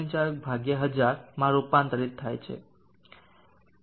4 1000 માં રૂપાંતરિત થાય છે